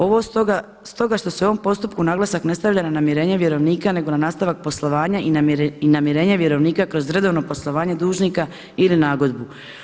Ovo stoga što se u ovom postupku naglasak ne stavlja na namirenje vjerovnika nego na nastavak poslovanja i namirenje vjerovnika kroz redovno poslovanje dužnika ili nagodbu.